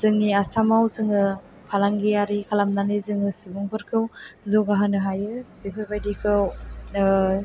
जोंनि आसामाव जोङो फालांगियारि खालामनानै जोङो सुबुंफोरखौ जौगाहोनो हायो बेफोरबायदिखौ